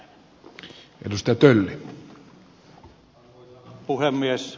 arvoisa puhemies